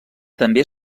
també